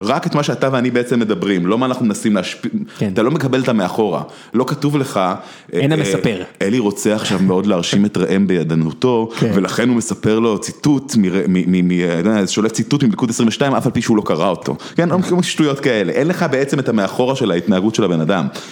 רק את מה שאתה ואני בעצם מדברים, לא מה אנחנו מנסים להשפיע, אתה לא מקבל את המאחורה, לא כתוב לך, אין לה מספר. אלי רוצה עכשיו מאוד להרשים את ראם בידענותו, ולכן הוא מספר לו ציטוט, שולף ציטוט ממיקוד 22, אף על פי שהוא לא קרא אותו. כן, שטויות כאלה, אין לך בעצם את המאחורה של ההתנהגות של הבן אדם.